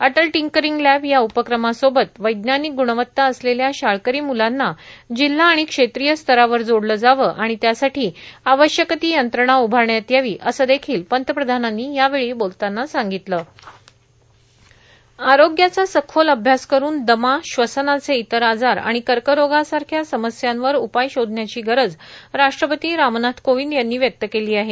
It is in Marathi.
अटल टिंकरींग लॅब या उपक्रमासोबत वैज्ञानिक ग्णवत्ता असलेल्या शाळकरी मूलांना जिल्हा आणि क्षेत्रीय स्तरावर जोडले जावे आणि त्यासाठी आवश्यक ती यंत्रणा उभारण्यात यावी असं देखील पंतप्रधानांनी यावेळी बोलताना सांगितलं आरोग्याचा सखोल अभ्यास करुन दमा श्वसनाचे इतर आजार आणि कर्करोगासारख्या समस्यांवर उपाय शोधण्याची गरज राष्ट्रपती रामनाथ कोविंद यांनी व्यक्त केली आहे